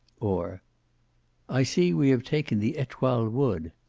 or i see we have taken the etoile wood.